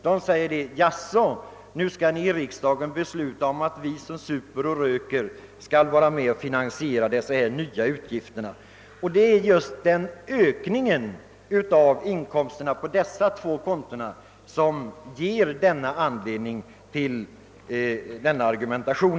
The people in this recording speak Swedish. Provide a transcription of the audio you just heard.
De säger: »Jaså, nu skall ni i riksdagen besluta att vi som super och röker skall vara med och finansiera dessa nya utgifter.« Det är just ökningen av statsinkomsterna på dessa två förstnämnda konton, som ger anledning till denna argumentation.